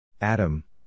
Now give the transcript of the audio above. Adam